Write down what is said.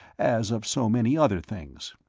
as of so many other things.